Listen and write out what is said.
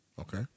Okay